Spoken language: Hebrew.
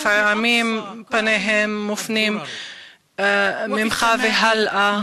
לפעמים פניהם מופנים ממך והלאה.